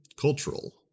cultural